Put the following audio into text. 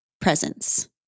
presence